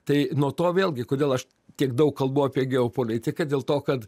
tai nuo to vėlgi kodėl aš tiek daug kalbu apie geopolitiką dėl to kad